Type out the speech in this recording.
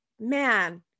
man